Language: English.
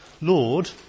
Lord